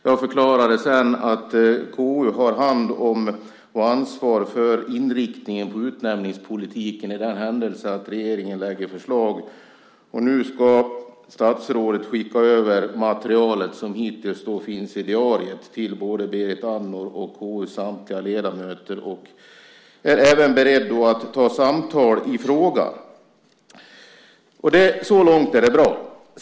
Jag förklarade sedan att KU har hand om och ansvar för inriktningen på utnämningspolitiken i den händelse att regeringen lägger fram förslag. Nu ska statsrådet skicka över det material som hittills stått i diariet till både Berit Andnor och KU:s samtliga andra ledamöter och är även beredd att ta samtal i frågan. Så långt är det bra.